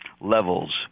levels